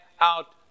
out